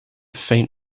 faint